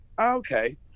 Okay